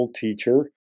teacher